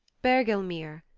bergelmir,